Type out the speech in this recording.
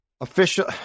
Official